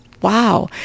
wow